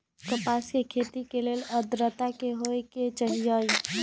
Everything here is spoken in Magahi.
कपास के खेती के लेल अद्रता की होए के चहिऐई?